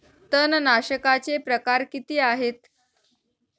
तणनाशकाचे प्रकार किती आहेत?